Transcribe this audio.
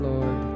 Lord